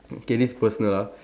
okay this personal ah